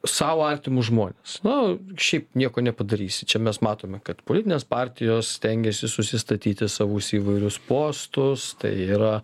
sau artimus žmones na šiaip nieko nepadarysi čia mes matome kad politinės partijos stengiasi susistatyti savus į įvairius postus tai yra